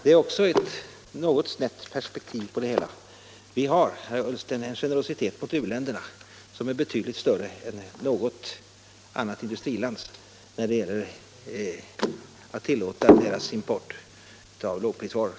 Det är ett något snett perspektiv på frågan. Vi har, herr Ullsten, en generositet mot u-länderna som är betydligt större än något annat industrilands när det gäller att tillåta import av deras lågprisvaror.